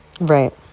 Right